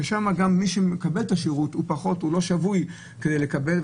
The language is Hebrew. שם מיט שמקבל את השירות הוא לא שבוי כדי לקבל.